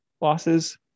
losses